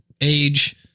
age